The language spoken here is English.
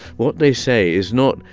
what they say is not,